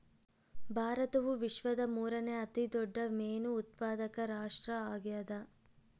ಭಾರತವು ವಿಶ್ವದ ಮೂರನೇ ಅತಿ ದೊಡ್ಡ ಮೇನು ಉತ್ಪಾದಕ ರಾಷ್ಟ್ರ ಆಗ್ಯದ